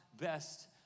best